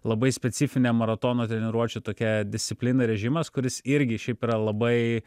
labai specifinė maratono treniruočių tokia disciplina režimas kuris irgi šiaip yra labai